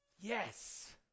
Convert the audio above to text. Yes